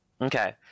Okay